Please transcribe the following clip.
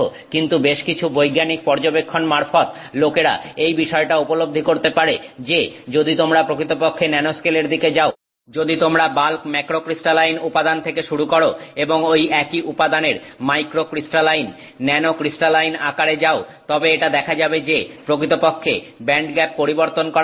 কিন্তু বেশকিছু বৈজ্ঞানিক পর্যবেক্ষণ মারফত লোকেরা এই বিষয়টা উপলব্ধি করতে পারে যে যদি তোমরা প্রকৃতপক্ষে ন্যানোস্কেলের দিকে যাও যদি তোমরা বাল্ক ম্যাক্রোক্রিস্টালাইন উপাদান থেকে শুরু করো এবং ঐ একই উপাদানের মাইক্রো ক্রিস্টালাইন ন্যানোক্রিস্টালাইন আকারে যাও তবে এটা দেখা যাবে যে প্রকৃতপক্ষে ব্যান্ডগ্যাপ পরিবর্তন করা যায়